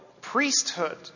priesthood